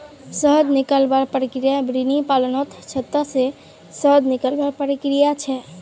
शहद निकलवार प्रक्रिया बिर्नि पालनत छत्ता से शहद निकलवार प्रक्रिया छे